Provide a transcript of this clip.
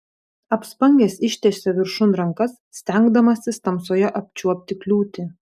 apspangęs ištiesė viršun rankas stengdamasis tamsoje apčiuopti kliūtį